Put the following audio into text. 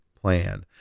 plan